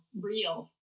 real